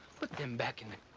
put them back in the